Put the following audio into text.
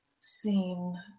seen